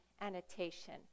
annotation